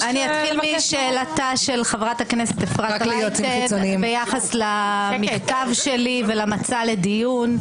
אתחיל משאלתה של חברת הכנסת אפרת רייטן ביחס למכתב שלי ולמצע לדיון.